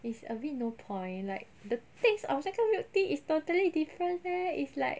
it's a bit no point like the taste of 那个 milk tea is totally different leh is like